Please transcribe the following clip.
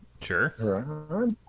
Sure